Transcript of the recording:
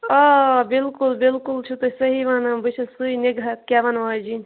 آ بلکل بلکل چھُو تُہۍ صحیٖح وَنان بہٕ چھَس سُے نِگہت گیٚوَن واجِنۍ